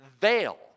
veil